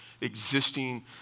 existing